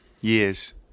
Years